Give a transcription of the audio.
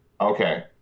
Okay